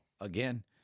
again